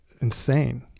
insane